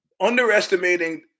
underestimating